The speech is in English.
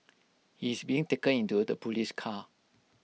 he is being taken into the Police car